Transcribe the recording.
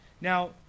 Now